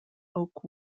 oak